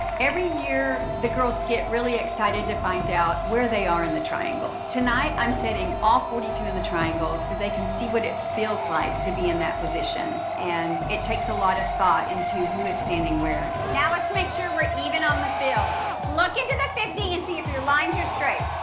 every year, the girls get really excited to find out where they are in the triangle. tonight i'm sending all forty two in the triangle so they can see what it feels like to be in that position. and it takes a lot of thought into who is standing where. now let's sure we're even on the field. look into the fifty and see if your lines are straight.